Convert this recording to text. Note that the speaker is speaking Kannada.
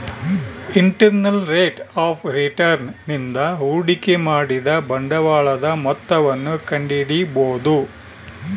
ಇಂಟರ್ನಲ್ ರೇಟ್ ಆಫ್ ರಿಟರ್ನ್ ನಿಂದ ಹೂಡಿಕೆ ಮಾಡಿದ ಬಂಡವಾಳದ ಮೊತ್ತವನ್ನು ಕಂಡಿಡಿಬೊದು